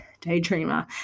daydreamer